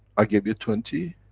i gave you twenty,